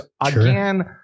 again